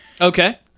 okay